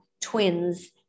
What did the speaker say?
twins